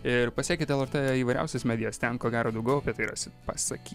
ir pasekit lrt įvairiausias medijas ten ko gero daugiau apie tai rasit pasaky